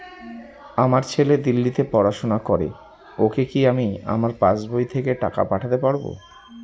আমার ছেলে দিল্লীতে পড়াশোনা করে ওকে কি আমি আমার পাসবই থেকে টাকা পাঠাতে পারব?